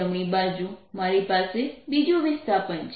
જમણી બાજુ મારી પાસે બીજું વિસ્થાપન છે